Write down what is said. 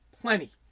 Plenty